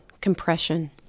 compression